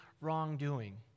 wrongdoing